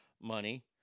money